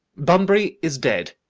bunbury is dead.